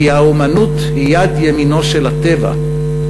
"האמנות היא יד ימינו של הטבע,